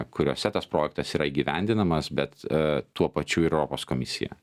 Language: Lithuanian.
kuriose tas projektas yra įgyvendinamas bet tuo pačiu ir europos komisija